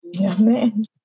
Amen